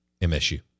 MSU